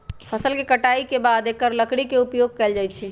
फ़सल के कटाई के बाद एकर लकड़ी के उपयोग कैल जाइ छइ